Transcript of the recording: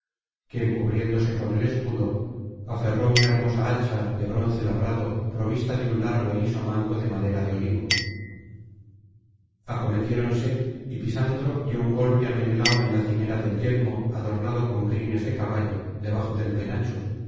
quien cubriéndose con el escudo aferró una hermosa hacha de bronce labrado provista de un largo y liso mango de madera de olivo acometiéronse y pisandro dio un golpe á menelao en la cimera del yelmo adornado con crines de caballo debajo del penacho